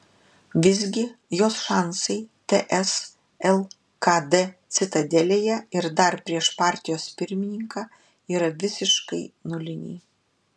visgi jos šansai ts lkd citadelėje ir dar prieš partijos pirmininką yra visiškai nuliniai